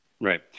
right